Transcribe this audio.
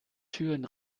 türen